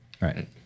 Right